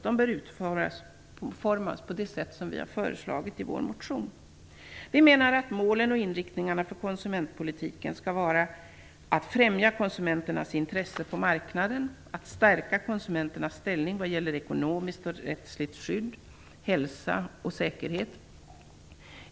De bör utformas på det sätt som vi har föreslagit i vår motion. Vi menar att målen och inriktningarna för konsumentpolitiken skall vara - att främja konsumenternas intressen på marknaden - att stärka konsumenternas ställning vad gäller ekonomiskt och rättsligt skydd, hälsa och säkerhet.